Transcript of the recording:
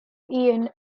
ian